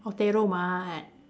oh perromart